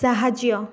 ସାହାଯ୍ୟ